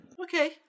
Okay